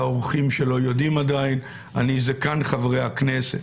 לאורחים שלא יודעים עדיין אני זקן חברי הכנסת,